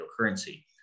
cryptocurrency